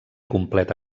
complet